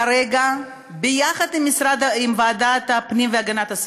כרגע, יחד עם ועדת הפנים והגנת הסביבה,